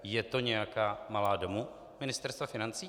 Je to nějaká malá domů Ministerstva financí?